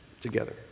together